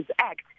Act